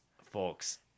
folks